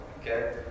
okay